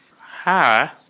Hi